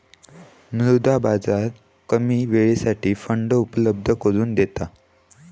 मुद्रा बाजार कमी वेळेसाठी फंड उपलब्ध करून देता